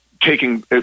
taking